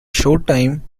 showtime